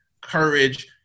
courage